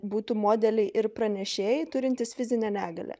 būtų modeliai ir pranešėjai turintys fizinę negalią